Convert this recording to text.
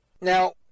Now